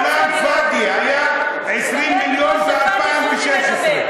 כלאם פאד'י, היה 20 מיליון ב-2016.